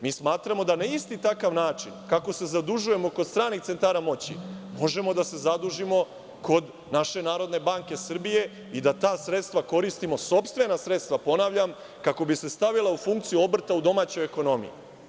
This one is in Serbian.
Mi smatramo da na isti takav način kako se zadužujemo kod stranih centara moći možemo da se zadužimo kod naše Narodne banke Srbije i da ta sredstva koristimo, sopstvena sredstva, ponavljam, kako bi se stavila u funkciju obrta u domaćoj ekonomiji.